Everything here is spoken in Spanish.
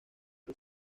que